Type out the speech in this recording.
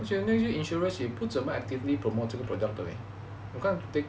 而且那个 insurance 也不怎么 actively promote 这个 product 的 leh 我看